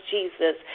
Jesus